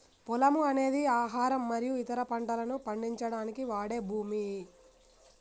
పొలము అనేది ఆహారం మరియు ఇతర పంటలను పండించడానికి వాడే భూమి